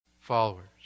followers